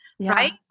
right